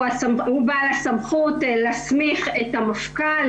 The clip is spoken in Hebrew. הוא בעל הסמכות להסמיך את המפכ"ל,